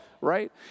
right